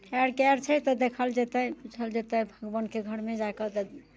खैर पएर छै तऽ देखल जेतै बुझल जेतै भगवानके घरमे जा कऽ तऽ